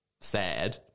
sad